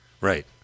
Right